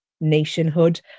nationhood